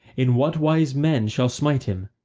in what wise men shall smite him,